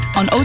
on